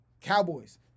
Cowboys